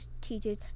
teachers